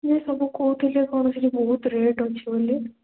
ଇଏ ସବୁ କହୁଥିଲେ କ'ଣ ସେଠି ବହୁତ ରେଟ୍ ଅଛି ବୋଲି